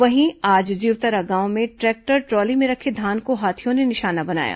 वहीं आज जीवतरा गांव में ट्रैक्टर ट्रॉली में रखे धान को हाथियों ने निशाना बनाया